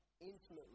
intimately